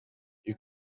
you